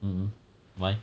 um why